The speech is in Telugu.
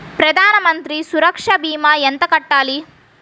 ప్రధాన మంత్రి సురక్ష భీమా ఎంత కట్టాలి?